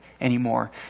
anymore